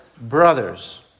brothers